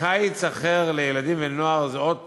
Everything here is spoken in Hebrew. "קיץ אחר לילדים ולנוער" זה עוד פרויקט: